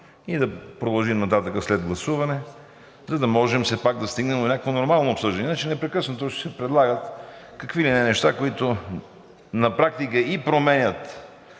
и да продължим нататък след гласуване, за да можем все пак да стигнем до някакво нормално обсъждане. Иначе непрекъснато ще се предлагат какви ли не неща, които на практика и променят